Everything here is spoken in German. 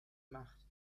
macht